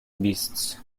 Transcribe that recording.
beasts